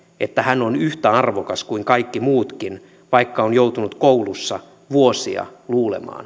että hän on yhtä arvokas kuin kaikki muutkin vaikka on joutunut koulussa vuosia luulemaan